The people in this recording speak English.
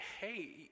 hey